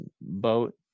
boat